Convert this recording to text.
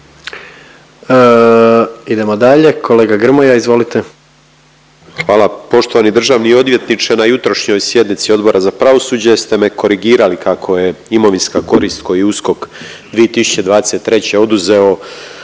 Idemo dalje, kolega Grmoja izvolite. **Grmoja, Nikola (MOST)** Hvala. Poštovani državni odvjetniče, na jutrošnjoj sjednici Odbora za pravosuđe ste me korigirali kako je imovinska korist koju je USKOK 2023. oduzeo